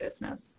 business